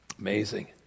Amazing